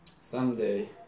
Someday